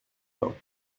bains